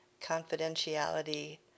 confidentiality